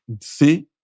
See